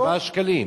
4 שקלים.